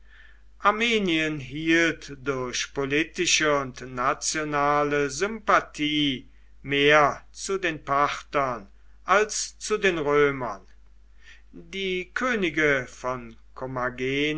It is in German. armenien hielt durch politische und nationale sympathie mehr zu den parthern als zu den römern die könige von